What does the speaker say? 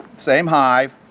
same hive,